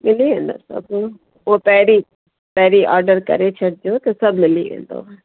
मिली वेंदव सभु उहो पहिरीं पहिरीं ऑडर करे छॾिजो त सभु मिली वेंदव